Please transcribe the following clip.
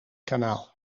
kanaal